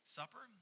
supper